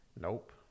Nope